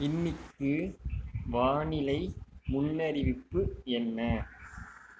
இன்றைக்கு வானிலை முன்னறிவிப்பு என்ன